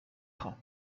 خوام